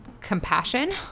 compassion